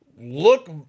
look